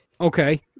Okay